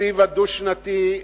התקציב הדו-שנתי,